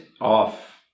off